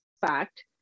fact